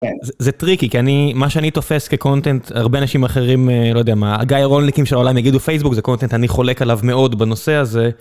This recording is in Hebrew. זה טריקי, כי אני, מה שאני תופס כקונטנט, הרבה אנשים אחרים, לא יודע מה, גיא רונליקים של העולם יגידו פייסבוק זה קונטנט, אני חולק עליו מאוד בנושא הזה.